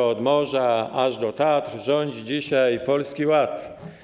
od morza aż do Tatr rządzi dzisiaj Polski Ład.